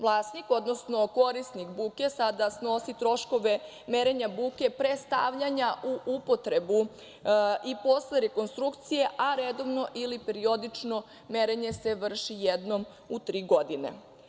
Vlasnik, odnosno korisnik buke sada snosi troškove merenja buke pre stavljanja u upotrebu i posle rekonstrukcije, a redovno ili periodično merenje se vrši jednom u tri godine.